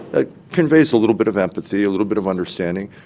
ah conveys a little bit of empathy, a little bit of understanding,